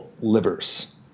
Livers